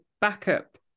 backup